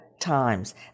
times